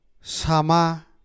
sama